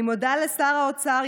אני מודה לשר האוצר,